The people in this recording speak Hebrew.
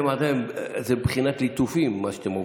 זה עדיין בבחינת ליטופים, מה שאתם עוברים.